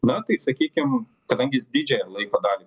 na tai sakykim kadangi jis didžiąją laiko dalį